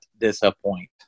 disappoint